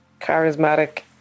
Charismatic